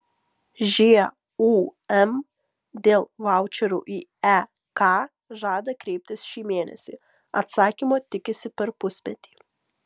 žūm dėl vaučerių į ek žada kreiptis šį mėnesį atsakymo tikisi per pusmetį